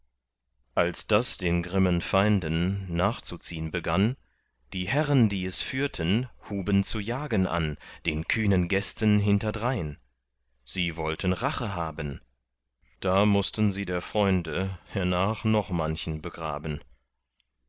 den grimmen feinden nachzuziehn begann die herren die es führten huben zu jagen an den kühnen gästen hinterdrein sie wollten rache haben da müßten sie der freunde hernach noch manchen begraben